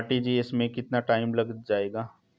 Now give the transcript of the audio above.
RTGS में कितना time लग जाएगा?